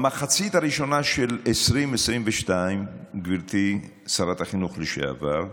במחצית הראשונה של 2022, גברתי שרת החינוך לשעבר,